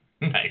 Nice